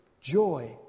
Joy